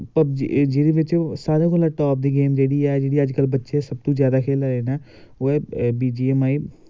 जेह्जे बिच्च सारें कोला टॉप दी गेंम जेह्ड़ी ऐ जेह्ड़ी अज कल बच्चे सबतू जादा खेला दे न ओह् ऐ बी जी ऐम आई